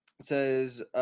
says